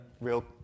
real